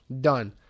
done